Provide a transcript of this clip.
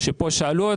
שפה שאלו.